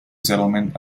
settlement